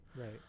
Right